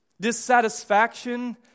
dissatisfaction